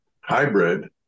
hybrid